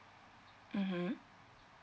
mmhmm